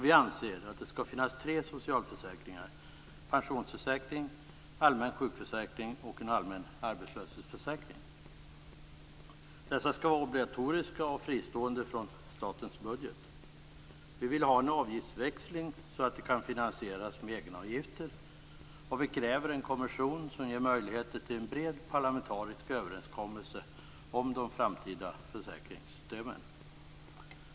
Vi anser att det skall finnas tre socialförsäkringar: pensionsförsäkring, allmän sjukförsäkring och en allmän arbetslöshetsförsäkring. Dessa skall vara obligatoriska och fristående från statens budget. Vi vill ha en avgiftsväxling så att de kan finansieras med egenavgifter. Vi kräver en kommission som ger möjligheter till en bred parlamentarisk överenskommelse om de framtida försäkringssystemen.